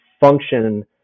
function